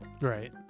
Right